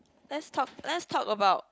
let's talk let's talk about